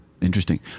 Interesting